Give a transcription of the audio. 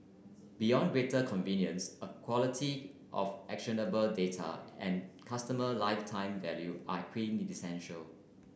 beyond greater convenience a quality of actionable data and customer lifetime value are quintessential